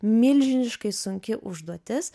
milžiniškai sunki užduotis